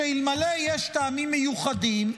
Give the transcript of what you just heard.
שאלמלא יש טעמים מיוחדים,